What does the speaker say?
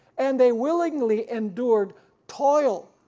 and they willingly endured toil,